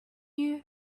you